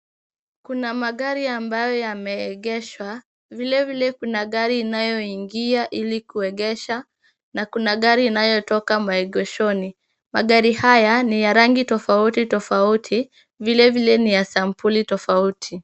Kuna magari ambayo yameegeshwa ,vile vile kuna gari inayoingia ili kuegesha na kuna gari inayotoka maegeshoni, magari haya ni ya rangi tofauti tofauti ,vile vile ni ya sampuli tofauti .